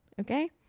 okay